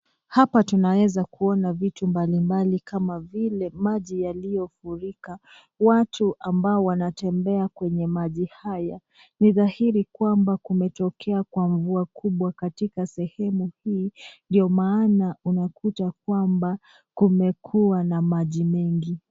Hapa tunaweza kuona vitu mbalimbali kama vile maji yaliyofurika, watu ambao wanatembea kwenye maji haya. Ni dhahiri kwamba kumetokea kwa mvua kubwa katika sehemu hii ndio maana unakuta kwamba kumekuwa na maji mengi.